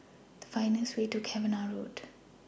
Find The fastest Way to Cavenagh Road